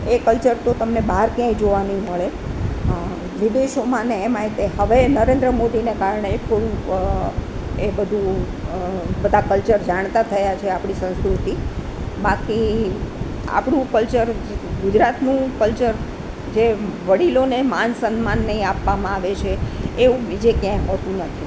એ culture તો તમને બહાર ક્યાંય જોવા નહીં મળે વિદેશોમાંને એમાંય તે હવે નરેન્દ્ર મોદીને કારણે એ થોડું એ બધું બધા કલ્ચર જાણતા થયા છે આપણી સંસ્કૃતિ બાકી આપણું કલ્ચર ગુજરાતનું કલ્ચર જે વડીલોને માન સન્માન ને એ આપવામાં આવે છે એવું બીજે ક્યાંય હોતું નથી